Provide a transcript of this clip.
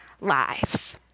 lives